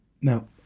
Now